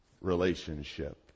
relationship